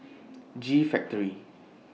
G Factory